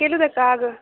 केलु तक आग